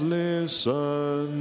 listen